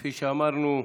כפי שאמרנו,